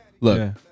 Look